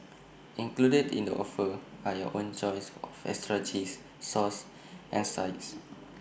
included in the offer are your own choice of extras cheese sauce and sides